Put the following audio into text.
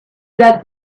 that